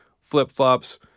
flip-flops